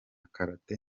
karate